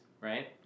right